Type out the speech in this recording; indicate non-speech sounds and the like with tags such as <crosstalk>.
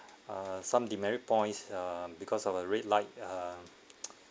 uh some demerit points uh because of a red light uh <noise>